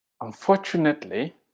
Unfortunately